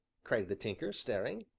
cried the tinker, staring.